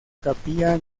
capilla